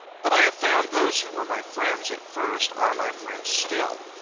but i have found those who were my friends at first, are my friends still.